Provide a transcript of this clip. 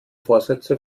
vorsätze